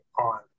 on